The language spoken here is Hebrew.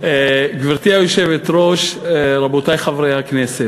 גברתי היושבת-ראש, רבותי חברי הכנסת,